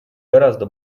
гораздо